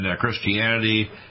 Christianity